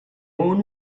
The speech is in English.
one